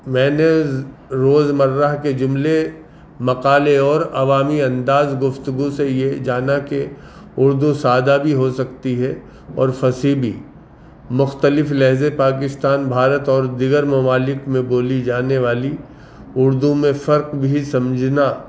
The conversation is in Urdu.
میں نے روز مرہ کے جملے مقالے اور عوامی انداز گفتگو سے یہ جانا کہ اردو سادہ بھی ہو سکتی ہے اور فصیح بھی مختلف لہجے پاکستان بھارت اور دیگر ممالک میں بولی جانے والی اردو میں فرق بھی سمجھنا